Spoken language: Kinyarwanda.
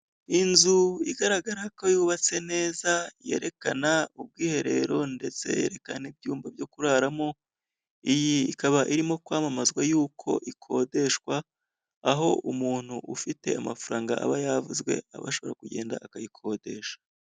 Inzu igaragara ko yubatse neza yerekana ubwiherero ndetse n'ibyumba byo kuraramo, iyi ikaba irimo kwamamazwa y'uko ikodeshwa, aho umuntu ufite amafaranga aba yavuzwe aba ashobora kugenda akayikodesha.